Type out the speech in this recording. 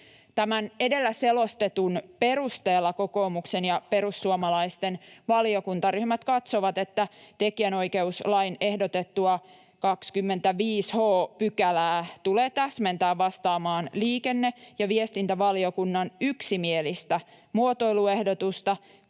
Tämän edellä selostetun perusteella kokoomuksen ja perussuomalaisten valiokuntaryhmät katsovat, että tekijänoikeuslain ehdotettua 25 h §:ää tulee täsmentää vastaamaan liikenne- ja viestintävaliokunnan yksimielistä muotoiluehdotusta